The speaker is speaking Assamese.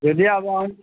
যদি আবাহন